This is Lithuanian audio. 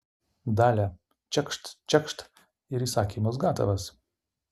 dalia čekšt čekšt ir įsakymas gatavas